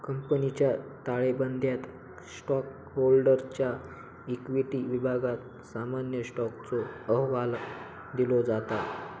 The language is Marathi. कंपनीच्या ताळेबंदयात स्टॉकहोल्डरच्या इक्विटी विभागात सामान्य स्टॉकचो अहवाल दिलो जाता